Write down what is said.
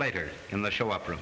later in the show up or